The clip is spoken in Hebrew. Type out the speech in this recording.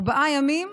ארבעה ימים,